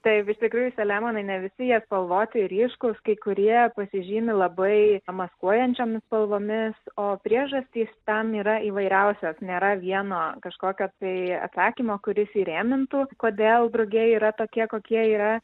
taip iš tikrųjų selemonai ne visi jie spalvoti ir ryškūs kai kurie pasižymi labai maskuojančiomis spalvomis o priežastys tam yra įvairiausios nėra vieno kažkokio tai atsakymo kuris įrėmintų kodėl drugiai yra tokie kokie yra